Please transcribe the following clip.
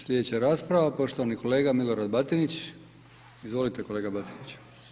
Slijedeća rasprava poštovani kolega Milorad Batinić, izvolite kolega Batinić.